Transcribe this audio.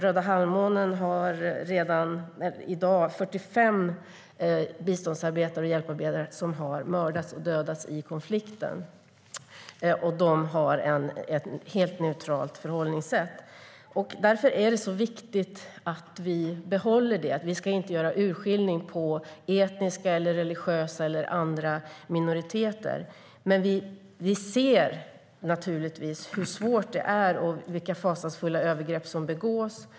Röda Halvmånen har redan i dag 45 biståndsarbetare och hjälparbetare som har mördats och dödats i konflikten, och man har ett helt neutralt förhållningssätt. Därför är det så viktigt att vi behåller detta. Vi ska inte göra urskiljning när det gäller etniska, religiösa eller andra minoriteter. Vi ser dock naturligtvis hur svårt det är och vilka fasansfulla övergrepp som begås.